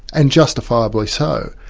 and justifiably so,